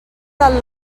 del